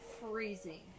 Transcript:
freezing